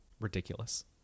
Ridiculous